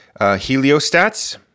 heliostats